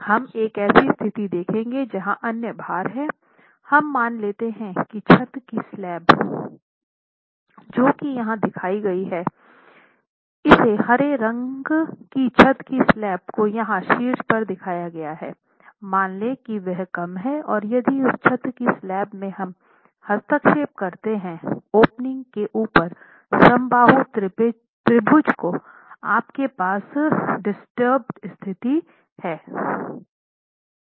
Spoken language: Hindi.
हम एक ऐसी स्थिति देखेंगे जहां अन्य भार हैं हम मान लेते हैं छत की स्लैब जो कि यहाँ दिखाई गई है इस हरे रंग की छत की स्लैब को यहाँ शीर्ष पर दिखाया गया है मान लें कि वह कम है और यदि उस छत की स्लैब में हम हस्तक्षेप करते हैं ओपनिंग के ऊपर समबाहु त्रिभुज तो आप के पास डिस्टर्बड स्थिति है